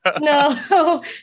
No